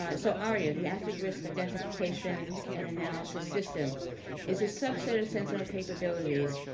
um so, aria, the active risk identification and analysis system is a subset of sentinel capabilities,